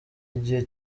igihe